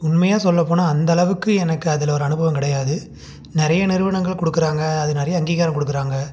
உண்மையா சொல்லப் போனால் அந்தளவுக்கு எனக்கு அதில் ஒரு அனுபவம் கிடையாது நிறைய நிறுவனங்கள் கொடுக்குறாங்க அது நிறையா அங்கீகாரம் கொடுக்குறாங்க